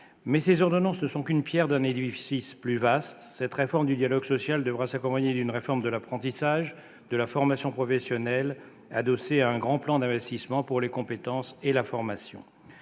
ces ordonnances ne sont qu'une pierre d'un vaste édifice. Cette réforme du dialogue social devra s'accompagner d'une réforme de l'apprentissage et de la formation professionnelle, adossée à un grand plan d'investissement en faveur du développement des compétences et de la formation.